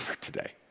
today